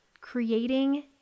creating